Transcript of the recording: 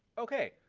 okay,